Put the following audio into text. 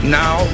now